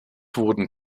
wurden